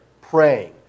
praying